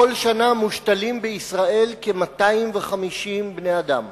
בכל שנה מושתלים בישראל כ-250 בני-אדם,